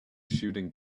shooting